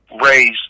raise